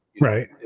right